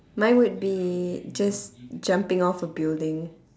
mine would be just jumping off a building